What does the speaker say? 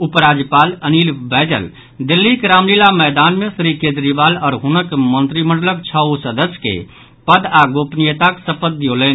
उपराज्यपाल अनिल बैजल दिल्लीक रामलीला मैदान मे श्री केजरीवाल आओर हुनक मंत्रिमंडलक छओ सदस्य के पद आ गोपनीयताक शपथ दिऔलनि